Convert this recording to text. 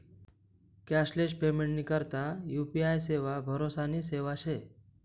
cashless पेमेंटनी करता UPI सेवा भरोसानी सेवा शे